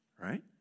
right